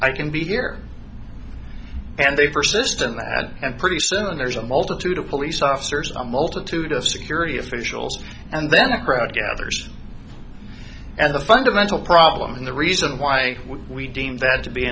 i can be here and they persist in that and pretty soon there's a multitude of police officers a multitude of security officials and then a crowd gathers and the fundamental problem and the reason why we deem t